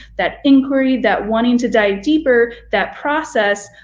that inquiry, that wanting to dive deeper, that process,